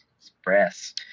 express